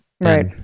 Right